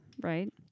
right